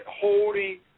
holding